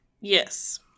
Yes